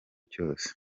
cyose